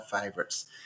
favorites